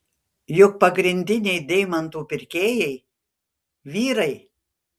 juk pagrindiniai deimantų pirkėjai vyrai